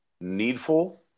needful